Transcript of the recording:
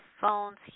phones